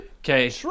Okay